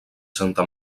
santa